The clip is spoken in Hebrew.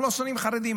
אנחנו לא שונאים חרדים,